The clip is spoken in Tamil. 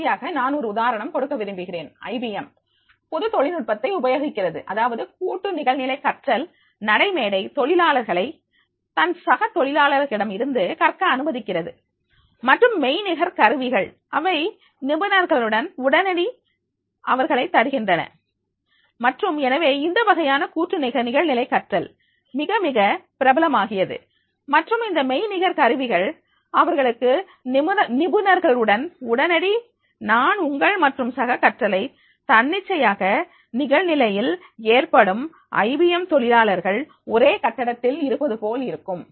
கடைசியாக நான் ஒரு உதாரணம் கொடுக்க விரும்புகிறேன் ஐபிஎம் புது தொழில்நுட்பத்தை உபயோகிக்கிறது அதாவது கூட்டு நிகழ்நிலை கற்றல் நடைமேடை தொழிலாளர்களை தன் சக தொழிலாளர்களிடம் இருந்து கற்க அனுமதிக்கிறது மற்றும் மெய்நிகர் கருவிகள் அவை நிபுணர்களுடன் உடனடி அவர்களை தருகின்றன மற்றும் எனவே இந்த வகையான கூட்டு நிகழ்நிலை கற்றல் மிக மிக பிரபலமாகியது மற்றும் இந்த மெய்நிகர் கருவிகள் அவர்களுக்கு நிபுணர்களுடன் உடனடி நான் உங்கள் மற்றும் சக கற்றல் தன்னிச்சையாக நிகழ்நிலையில் ஏற்படும் ஐபிஎம் தொழிலாளர்கள் ஒரே கட்டிடத்தில் இருப்பது போல் இருக்கும்